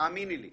האמיני לי.